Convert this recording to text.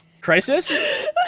Crisis